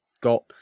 got